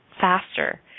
faster